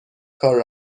کار